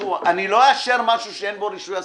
משהו שאין בו רישוי עסקים.